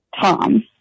Tom